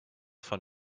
von